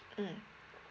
mmhmm